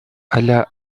alla